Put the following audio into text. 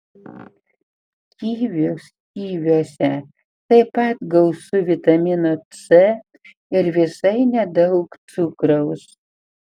kivius kiviuose taip pat gausu vitamino c ir visai nedaug cukraus